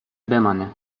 بمانه